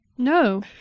No